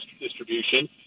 distribution